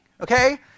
okay